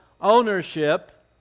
ownership